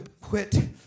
quit